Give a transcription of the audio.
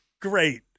great